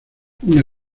una